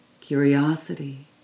curiosity